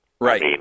Right